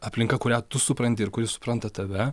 aplinka kurią tu supranti ir kuri supranta tave